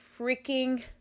freaking